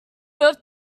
earth